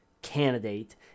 candidate